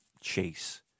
Chase